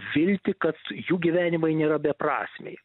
viltį kad jų gyvenimai nėra beprasmiai